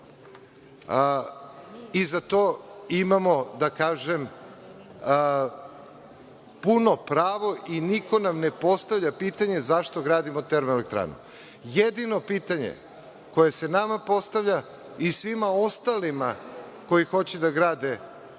i za to imamo, da kažem, puno pravo i niko nam ne postavlja pitanje zašto gradimo termoelektrane. Jedino pitanje koje se nama postavlja i svima ostalima koji hoće da grade termoelektrane,